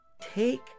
take